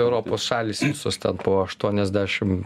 europos šalys visos ten po aštuoniasdešim